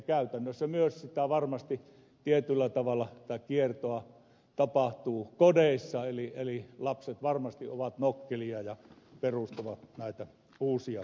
käytännössä myös varmasti tietyllä tavalla tätä kiertoa tapahtuu kodeissa eli lapset varmasti ovat nokkelia ja perustavat näitä uusia sähköposteja